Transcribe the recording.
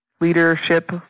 leadership